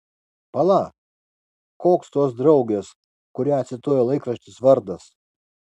pala koks tos draugės kurią cituoja laikraštis vardas